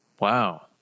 Wow